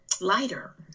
lighter